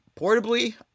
Portably